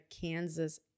Kansas